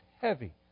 heavy